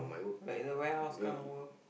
like the warehouse kind of work